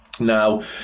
Now